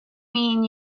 mean